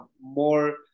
more